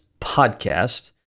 Podcast